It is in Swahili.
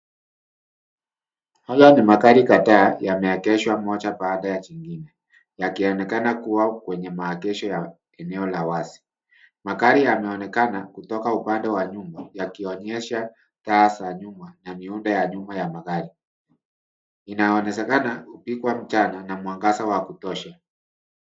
Haya ni magari kadhaa. Yameegeshwa moja baada ya jingine yakionekana kuwa kwenye maegesho ya eneo la wazi. Magari yanaonekana kutoka upande wa nyuma yakionyesha taa za nyuma, na miundo ya nyuma ya magari. Inawezekana ilipigwa mchana na mwangaza wa kutosha.